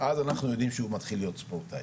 אז אנחנו יודעים שהוא מתחיל להיות ספורטאי.